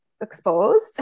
exposed